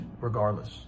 regardless